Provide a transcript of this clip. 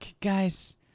guys